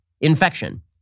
infection